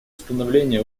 установления